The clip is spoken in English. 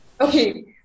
Okay